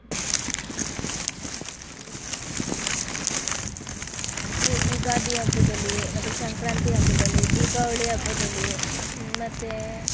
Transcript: ಮತ್ತು ಯುಗಾದಿ ಹಬ್ಬದಲ್ಲಿ ಮತ್ತು ಸಂಕ್ರಾಂತಿ ಹಬ್ಬದಲ್ಲಿ ದೀಪಾವಳಿ ಹಬ್ಬದಲ್ಲಿ ಮತ್ತು